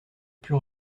pût